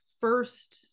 first